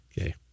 Okay